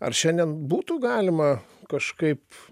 ar šiandien būtų galima kažkaip